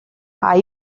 are